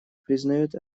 признают